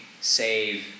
save